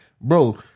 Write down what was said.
bro